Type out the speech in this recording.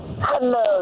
Hello